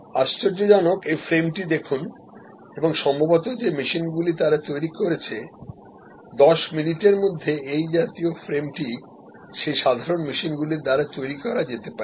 আশ্চর্যজনক এই ফ্রেমটি দেখুন এবং সম্ভবত যে মেশিন গুলো তারা তৈরি করেছে 10 মিনিটের মধ্যে এই জাতীয় ফ্রেমটি সেই সাধারণ মেশিনগুলির দ্বারা তৈরি করা যেতে পারে